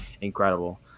incredible